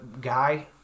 guy